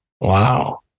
wow